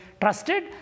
trusted